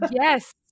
Yes